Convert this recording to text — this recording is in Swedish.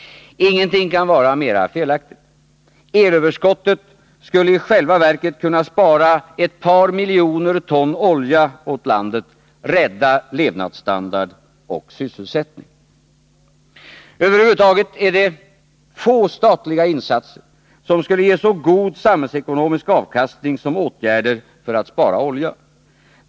Ingenting kan vara mera felaktigt. Elöverskottet skulle i själva verket kunna spara ett par miljoner ton olja åt landet, rädda levnadsstandard och sysselsättning. Över huvud taget är det få statliga insatser som skulle ge så god samhällsekonomisk avkastning som åtgärder för att spara olja.